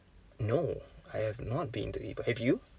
no I have not been to ipoh have you